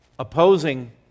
Opposing